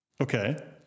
okay